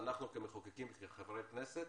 שאנחנו כמחוקקים וכחברי כנסת